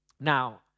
Now